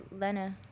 Lena